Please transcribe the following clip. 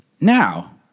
Now